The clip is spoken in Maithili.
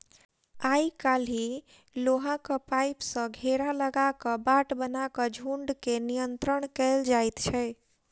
आइ काल्हि लोहाक पाइप सॅ घेरा लगा क बाट बना क झुंड के नियंत्रण कयल जाइत छै